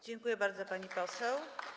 Dziękuję bardzo, pani poseł.